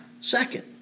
second